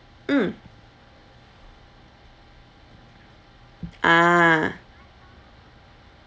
mm ah